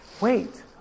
wait